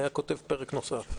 היה כותב פרק נוסף.